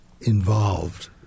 involved